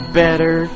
better